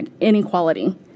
inequality